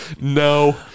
no